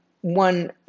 one